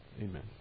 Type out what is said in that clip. Amen